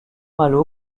malo